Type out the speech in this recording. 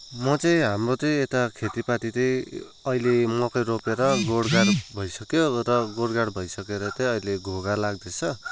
म चाहिँ हाम्रो चाहिँ यता खेतीपाती चाहिँ अहिले मकै रोपेर गोडगाड भइसक्यो अब र गोडगाड भइसकेर चाहिँ अहिले घोगा लाग्दैछ